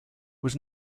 was